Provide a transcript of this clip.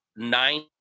Nine